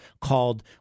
called